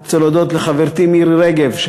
אני רוצה להודות לחברתי מירי רגב,